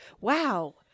wow